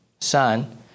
son